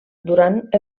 durant